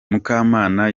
mukamana